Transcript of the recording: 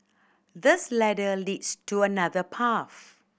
this ladder leads to another path